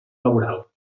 laboral